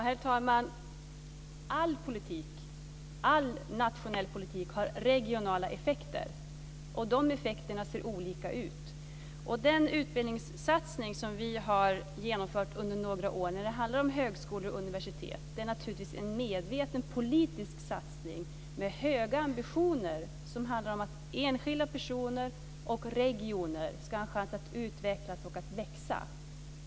Herr talman! All nationell politik har regionala effekter, och dessa effekter ser olika ut. Den utbildningssatsning när det gäller universitet och högskolor som vi har genomfört under några år är naturligtvis en medveten politisk satsning med höga ambitioner. Det handlar om att enskilda personer och regioner ska ha chans att utvecklas och att växa.